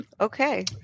Okay